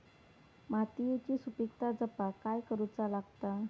मातीयेची सुपीकता जपाक काय करूचा लागता?